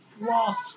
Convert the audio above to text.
Lost